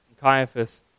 Caiaphas